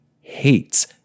hates